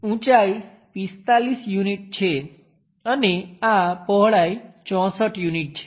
ઉંચાઈ 45 યુનિટ છે અને આ પહોળાઈ 64 યુનિટ છે